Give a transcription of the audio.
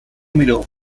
miró